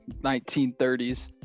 1930s